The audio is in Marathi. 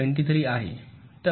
23 आहे